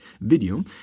video